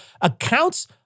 accounts